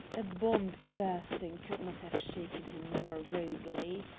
a bomb bursting could not have shaken him more rudely.